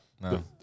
No